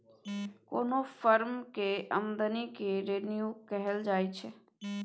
कोनो फर्म केर आमदनी केँ रेवेन्यू कहल जाइ छै